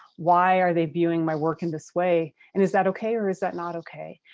why are they viewing my work in this way and is that okay or is that not okay?